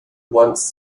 once